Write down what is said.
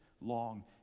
long